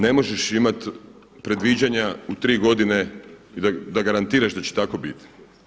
Ne možeš imat predviđanja u tri godine i da garantiraš da će tako biti.